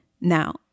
Now